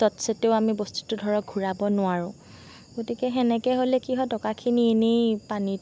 তৎসত্বেও আমি বস্তুটো ধৰক ঘূৰাব নোৱাৰোঁ গতিকে সেনেকে হ'লে কি হয় টকাখিনি এনেই পানীত